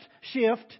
shift